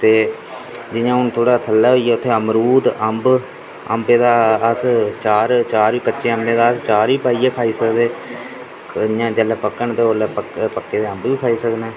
ते जियां हून थोह्ड़ा थल्लै होइया उत्थै अमरूद अम्ब अम्बे दा अस चार कच्चे अम्बें दा अस चार बी पाइयै खाई सकदे ते जिसलै पक्कन ते उसलै पक्के दे अम्ब बी खाई सकने